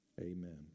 Amen